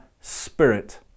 spirit